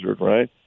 right